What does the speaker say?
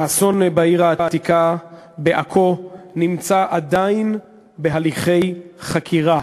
האסון בעיר העתיקה בעכו נמצא עדיין בהליכי חקירה.